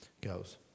goes